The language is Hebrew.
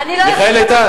מיכאל איתן.